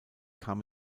kam